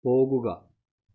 പോകുക